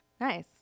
Nice